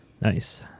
nice